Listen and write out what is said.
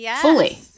fully